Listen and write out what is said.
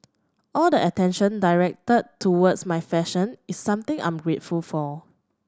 all the attention directed towards my fashion is something I'm grateful for